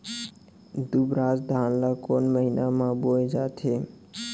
दुबराज धान ला कोन महीना में बोये जाथे?